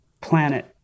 planet